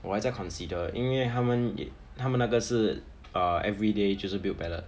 我还在 consider 因为他们他们那个是 err every day 就是 build pellet